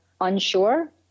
unsure